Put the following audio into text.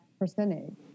percentage